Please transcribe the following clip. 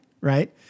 right